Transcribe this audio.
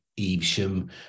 Evesham